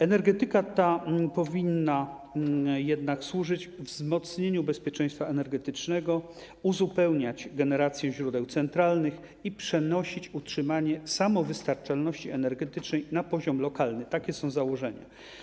Energetyka ta powinna jednak służyć wzmocnieniu bezpieczeństwa energetycznego, uzupełniać generację źródeł centralnych i przenosić utrzymanie samowystarczalności energetycznej na poziom lokalny - takie są założenia.